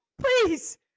please